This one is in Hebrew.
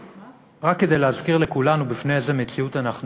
ורק כדי להזכיר לכולנו בפני איזה מציאות אנחנו עומדים,